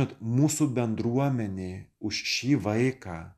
kad mūsų bendruomenė už šį vaiką